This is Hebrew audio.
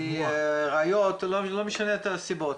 צריך להגיע לשורש של הדבר.